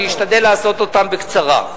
אני אשתדל לעשות זאת בקצרה.